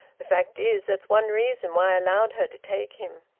the fact is, that's one reason why i allowed her to take him.